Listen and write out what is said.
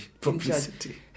Publicity